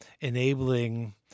enabling